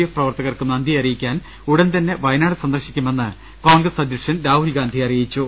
F പ്രവർത്തകർക്കും നന്ദി അറിയിക്കാൻ ഉടൻ തന്നെ വയ നാട് സന്ദർശിക്കുമെന്ന് കോൺഗ്ര്സ് അധ്യക്ഷൻ രാഹുൽ ഗാന്ധി അറിയിച്ചു